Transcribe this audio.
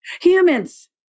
Humans